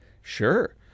Sure